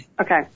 Okay